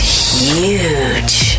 huge